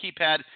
keypad